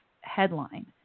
headline